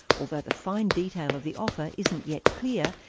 although the fine detail of the offer isn't yet clear,